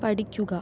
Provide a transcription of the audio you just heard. പഠിക്കുക